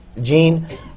Gene